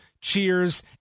cheers